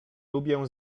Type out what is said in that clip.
lubię